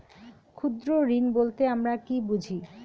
ক্ষুদ্র ঋণ বলতে আমরা কি বুঝি?